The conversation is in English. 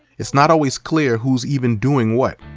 it's not always clear who's even doing what,